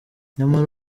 nyamara